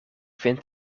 vind